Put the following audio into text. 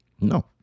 No